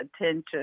attention